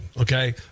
Okay